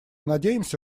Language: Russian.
надеемся